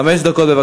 חמש דקות.